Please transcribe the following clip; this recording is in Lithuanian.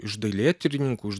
iš dailėtyrininkų iš